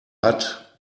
hat